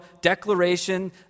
declaration